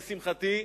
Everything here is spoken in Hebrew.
לשמחתי,